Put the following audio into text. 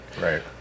right